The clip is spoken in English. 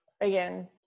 again